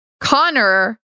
Connor